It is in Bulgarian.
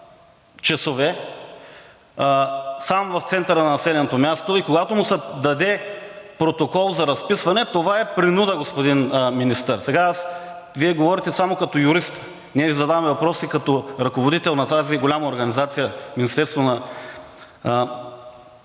часове сам в центъра на населеното място. Когато му се даде протокол за разписване, това е принуда, господин Министър. Вие говорите само като юрист, ние Ви задаваме въпроси като ръководител на тази голяма организация –Министерството на